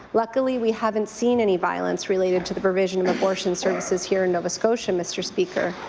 luckily we haven't seen any violence related to the provision of abortion services here in nova scotia, mr. speaker.